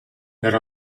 per